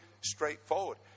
straightforward